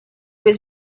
was